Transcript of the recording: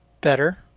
better